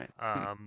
right